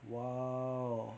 !wow!